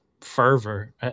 fervor